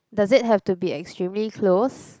does it have to be extremely close